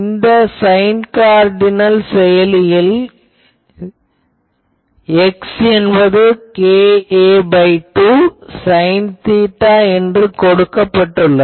இந்த sine cardinal செயலியில் x என்பது ka2 சைன் தீட்டா என்று கொடுக்கப்பட்டுள்ளது